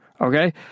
Okay